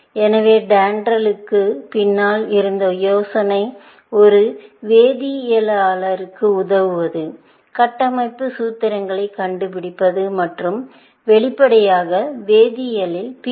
எனவே DENDRAL க்குப் பின்னால் இருந்த யோசனை ஒரு வேதியியலாளருக்கு உதவுவது கட்டமைப்பு சூத்திரங்களைக் கண்டுபிடிப்பது மற்றும் வெளிப்படையாக வேதியியலில் P